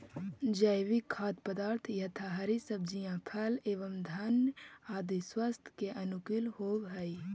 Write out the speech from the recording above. जैविक खाद्य पदार्थ यथा हरी सब्जियां फल एवं धान्य आदि स्वास्थ्य के अनुकूल होव हई